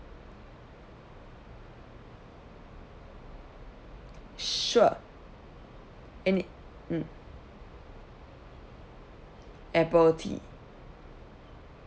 sure and mm apple tea